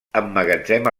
emmagatzema